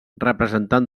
representant